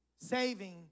Saving